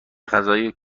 غذای